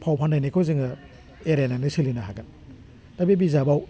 फाव फान्दायनायखौ जोङो एरायनानै सोलिनो हागोन दा बे बिजाबाव